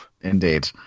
Indeed